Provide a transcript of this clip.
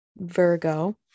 Virgo